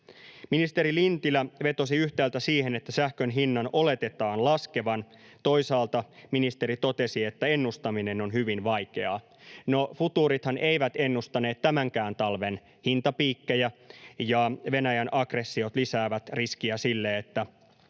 Ministeri Lintilä vetosi yhtäältä siihen, että sähkön hinnan oletetaan laskevan. Toisaalta ministeri totesi, että ennustaminen on hyvin vaikeaa. No, futuurithan eivät ennustaneet tämänkään talven hintapiikkejä, ja Venäjän aggressiot lisäävät riskiä sille, että